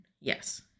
Yes